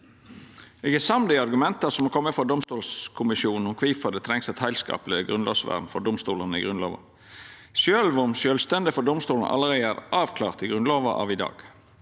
Eg er samd i argumenta som har kome frå domstolkommisjonen om kvifor det trengst eit heilskapleg grunnlovsvern for domstolane i Grunnlova, sjølv om sjølvstendet for domstolane allereie er avklart i Grunnlova av i dag.